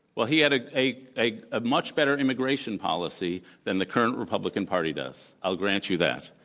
well, he had ah a a ah much better immigration policy than the current republican party does, i'll grant you that.